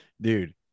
dude